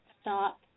stop